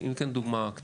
אני אתן לכם דוגמה קטנה.